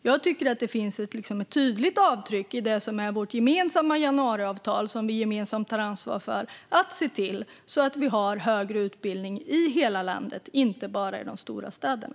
Jag tycker att det finns ett tydligt avtryck i januariavtalet, som vi gemensamt tar ansvar för, när det gäller att se till att vi har högre utbildning i hela landet, inte bara i de stora städerna.